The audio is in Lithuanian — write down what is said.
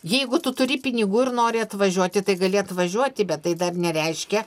jeigu tu turi pinigų ir nori atvažiuoti tai gali atvažiuoti bet tai dar nereiškia